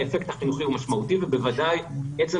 לכן האפקט החינוכי הוא משמעותי ובוודאי עצם